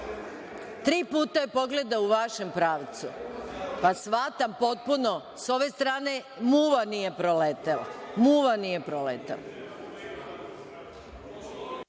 puta je pogledao u vašem pravcu. Shvatam potpuno, s ove strane muva nije proletela.(Goran